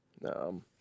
No